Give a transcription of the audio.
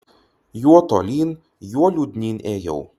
juo tolyn juo liūdnyn ėjau